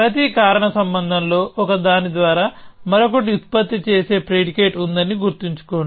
ప్రతి కారణ సంబంధం లో ఒకదాని ద్వారా మరొకటి ఉత్పత్తి చేసే ప్రిడికేట్ ఉందని గుర్తుంచుకోండి